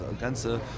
ganze